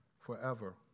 forever